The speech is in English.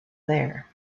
there